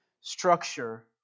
structure